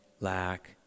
lack